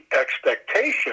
expectation